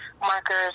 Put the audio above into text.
markers